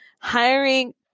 hiring